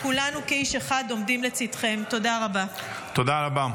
תודה רבה,